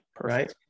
Right